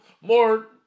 more